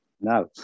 no